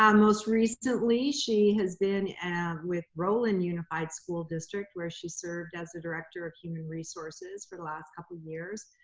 um most recently, she has been and with rowland unified school district where she served as the director of human resources for the last couple years.